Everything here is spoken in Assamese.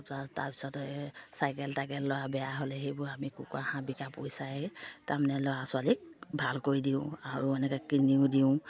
তাৰপিছত এই চাইকেল টাইকেল ল'ৰাৰ বেয়া হ'লে সেইবোৰ আমি কুকুৰা হাঁহ বিকা পইচাই তাৰমানে ল'ৰা ছোৱালীক ভাল কৰি দিওঁ আৰু এনেকৈ কিনিও দিওঁ